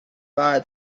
buy